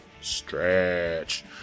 Stretch